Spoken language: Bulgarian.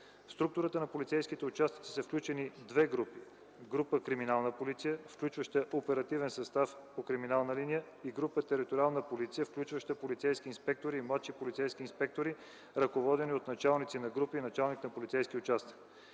структурата на полицейските участъци са включени две групи – група „Криминална полиция”, включваща оперативен състав по криминална линия, и група „Териториална полиция”, включваща полицейски инспектори, младши полицейски инспектори, ръководени от началници на групи и началник на полицейски участък.